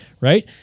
right